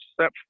step